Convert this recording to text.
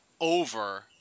over